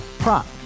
Prop